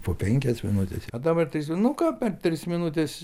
po penkias minutes o dabar tai nu ką per tris minutes